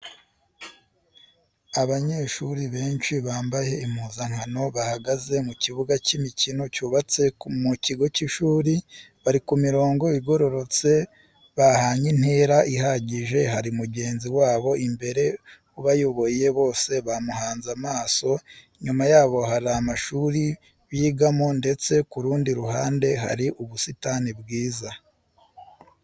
Abanyeshuri benshi bambaye impuzankano bahagaze mu kibuga cy'imikino cyubatse mu kigo cy'ishuri, bari ku mirongo igororotse bahanye intera ihagije hari mugenzi wabo imbere ubayoboye bose bamuhanze amaso, inyuma yabo hari amashuri bigamo ndetse ku rundi ruhande hari ubusitani bwiza.